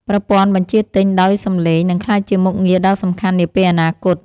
ប្រព័ន្ធបញ្ជាទិញដោយសំឡេង នឹងក្លាយជាមុខងារដ៏សំខាន់នាពេលអនាគត។